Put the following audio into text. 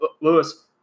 Lewis